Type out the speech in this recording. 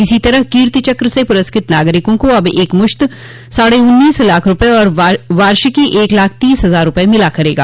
इसी तरह कीर्ति चक्र से पुरस्कृत नागरिकों को अब एकमुश्त साढ़े उन्नीस लाख रूपये और वार्षिकी एक लाख तीस हजार रूपये मिला करेगा